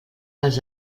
els